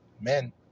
Men